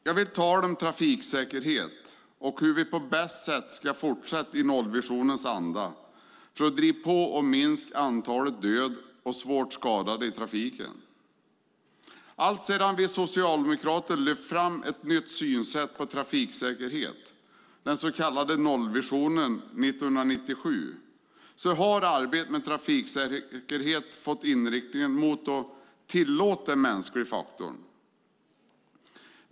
Jag vill tala om trafiksäkerhet och hur vi på bästa sätt ska fortsätta i nollvisionens anda för att driva på och minska antalet döda och svårt skadade i trafiken. Alltsedan vi socialdemokrater lyfte fram ett nytt synsätt på trafiksäkerhet, den så kallade nollvisionen år 1997, har arbetet med trafiksäkerhet fått inriktningen mot att tillåta den mänskliga faktorn.